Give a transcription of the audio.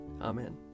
Amen